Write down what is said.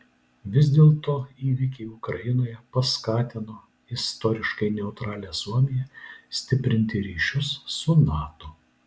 vis dėlto įvykiai ukrainoje paskatino istoriškai neutralią suomiją stiprinti ryšius su nato